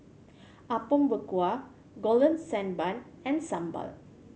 Apom Berkuah Golden Sand Bun and sambal